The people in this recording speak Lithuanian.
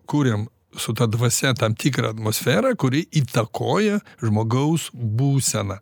kuriam su ta dvasia tam tikrą atmosferą kuri įtakoja žmogaus būseną